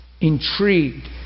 intrigued